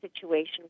situation